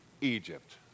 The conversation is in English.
Egypt